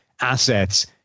assets